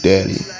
Daddy